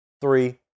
Three